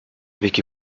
avec